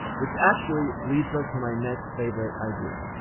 which actually leads us to my next favorite idea.